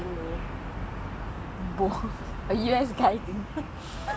is that a U_S thing or is that the guy thing though